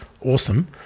Awesome